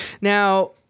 Now